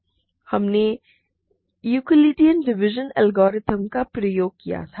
हमने Euclidean division algorithm का प्रयोग किया था